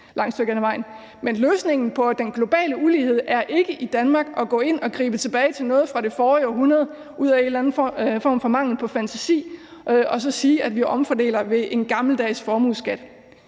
Men løsningen på den globale ulighed er ikke i Danmark at gå ind og gribe fat i noget fra det forrige århundrede ud af en eller anden form for mangel på fantasi og så sige, at vi omfordeler med en gammeldags formueskat.